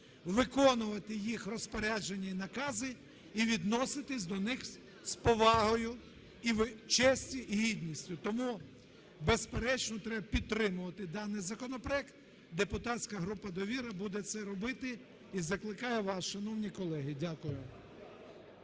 виконувати їх розпорядження і накази і відноситись до них з повагою... честі і гідності. Тому, безперечно, треба підтримувати даний законопроект. Депутатська група "Довіра" буде це робити і закликає вас, шановні колеги. Дякую.